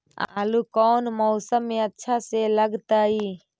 आलू कौन मौसम में अच्छा से लगतैई?